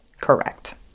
Correct